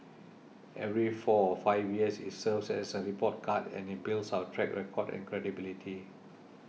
every four five years it's serves as a report card and it builds our track record and credibility